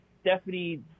Stephanie